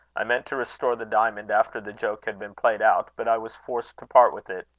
i meant to restore the diamond after the joke had been played out, but i was forced to part with it.